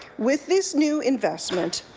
with this new investment,